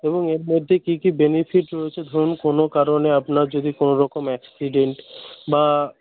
এবং এর মধ্যে কী কী বেনিফিট রয়েছে ধরুন কোনও কারণে আপনার যদি কোনওরকম অ্যাকসিডেন্ট বা